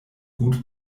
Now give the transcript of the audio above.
gut